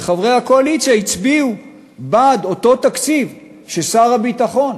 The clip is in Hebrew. וחברי הקואליציה הצביעו בעד אותו תקציב ששר הביטחון,